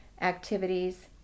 activities